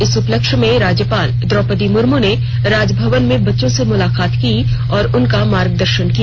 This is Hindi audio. इस उपलक्ष्य में राज्यपाल द्रौपदी मुर्मू ने राजभवन में बच्चों से मुलाकात की और उनका मार्गदर्शन किया